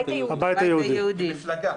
מפלגה.